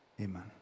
Amen